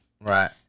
Right